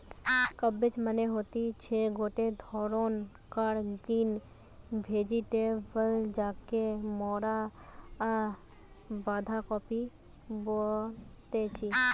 cabbage মানে হতিছে গটে ধরণকার গ্রিন ভেজিটেবল যাকে মরা বাঁধাকপি বলতেছি